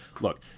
look